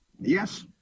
Yes